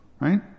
Right